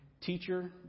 Teacher